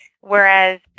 Whereas